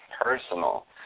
Personal